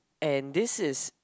and this is